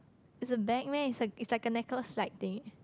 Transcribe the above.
it's a bag meh it's like it's like a necklace slide thing eh